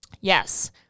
Yes